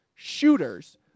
Shooters